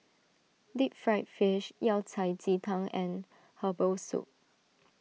Deep Fried Fish Yao Cai Ji Yang and Herbal Soup